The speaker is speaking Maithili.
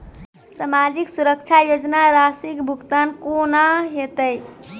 समाजिक सुरक्षा योजना राशिक भुगतान कूना हेतै?